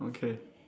okay